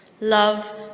love